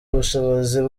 ubushobozi